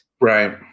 Right